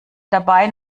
dabei